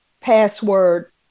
password